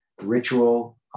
ritual